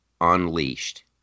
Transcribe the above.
Unleashed